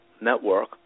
Network